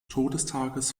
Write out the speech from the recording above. todestages